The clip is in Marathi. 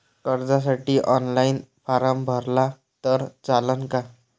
कर्जसाठी ऑनलाईन फारम भरला तर चालन का?